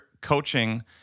coaching